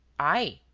i?